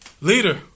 leader